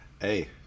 Hey